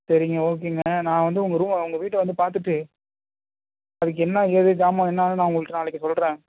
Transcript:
சரிங்க ஓகேங்க நான் வந்து உங்கள் ரூமை உங்கள் வீட்டை வந்து பார்த்துட்டு அதற்கு என்ன ஏது சாமான் என்னான்னு நான் உங்கள்கிட்ட நாளைக்கு சொல்லுறேன்